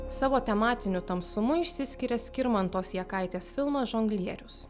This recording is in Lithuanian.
savo tematiniu tamsumu išsiskiria skirmantos jakaitės filmas žonglierius